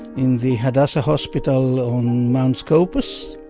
in the hadassah hospital on mount scopus,